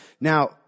Now